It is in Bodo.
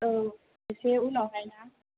औ एसे उनावहाय ना